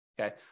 Okay